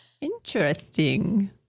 Interesting